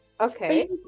okay